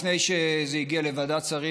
לפני שזה הגיע לוועדת שרים,